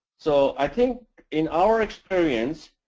so i think in our experience,